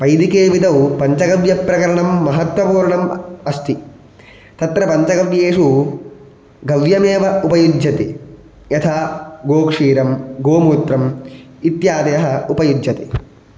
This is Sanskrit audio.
वैदिके विदौ पञ्चगव्यप्रकरणं महत्तपूर्णम् अस्ति तत्र पञ्चगव्येषु गव्यमेव उपयुज्यते यथा गोक्षीरं गोमूत्रम् इत्यादयः उपयुज्यते